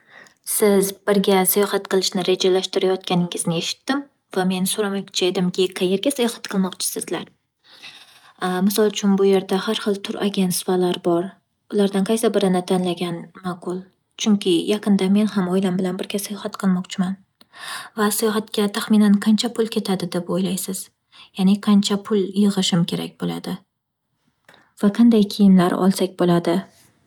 Siz birga sayohat qilishni rejalashtirayotganingizni eshitdim va men so'ramoqchi edimki qayerga sayohat qilmoqchisizlar? Misol uchun, bu yerda har xil tur agentstvalar bor. Ulardan qaysi birini tanlagan ma'qul? Chunki yaqinda men ham oilam bilan birga sayohat qilmoqchiman. Va sayohatga taxminan qancha pul ketadi deb o'ylaysiz? Ya'ni qancha pul yig'ishim kerak bo'ladi va qanday kiyimlar olsak bo'ladi?